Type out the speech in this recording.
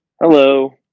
Hello